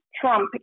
Trump